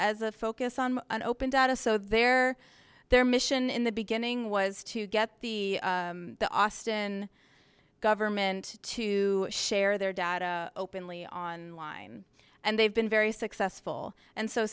as a focus on an open data so their their mission in the beginning was to get the the austin government to share their data openly online and they've been very successful and so